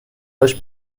هاش